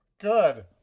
Good